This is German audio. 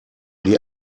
die